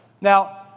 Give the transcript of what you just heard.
Now